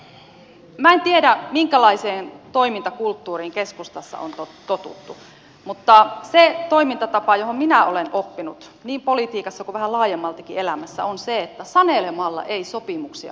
minä en tiedä minkälaiseen toimintakulttuuriin keskustassa on totuttu mutta se toimintatapa johon minä olen oppinut niin politiikassa kuin vähän laajemmaltikin elämässä on se että sanelemalla ei sopimuksia synny